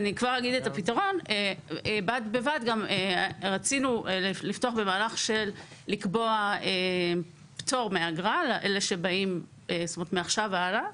בד בבד גם רצינו לפתוח במהלך של לקבוע פטור מאגרה מעכשיו והלאה,